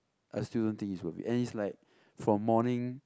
I still don't think is worth it and it's like from morning